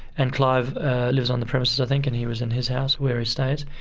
and clive lives on the premises, i think, and he was in his house where he stays.